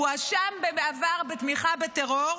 הואשם בעבר בתמיכה בטרור,